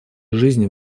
жизни